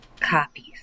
Copies